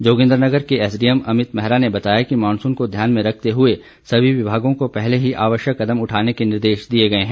जोगिंद्रनगर के एसडीएम अमित मैहरा ने बताया कि मॉनसून को ध्यान में रखते हुए सभी विभागों को पहले ही आवश्यक कदम उठाने के निर्देश जारी किए गए है